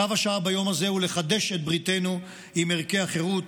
צו השעה ביום הזה הוא לחדש את בריתנו עם ערכי החירות,